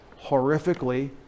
horrifically